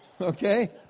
Okay